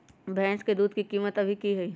भैंस के दूध के कीमत अभी की हई?